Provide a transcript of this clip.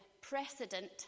precedent